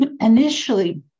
Initially